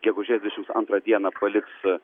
gegužės dvidešims antrą dieną paliks